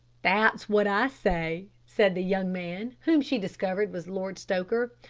that's what i say, said the young man, whom she discovered was lord stoker.